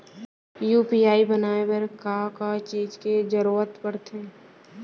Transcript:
UPI बनाए बर का का चीज के जरवत पड़थे?